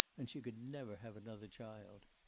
and she could never have another child.